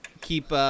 keep